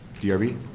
DRB